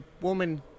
woman